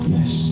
Yes